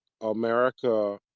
America